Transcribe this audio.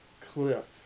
cliff